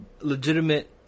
legitimate